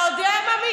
בדרעי,